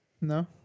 No